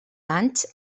anys